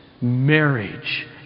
marriage